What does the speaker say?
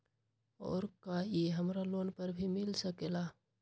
और का इ हमरा लोन पर भी मिल सकेला?